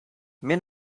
men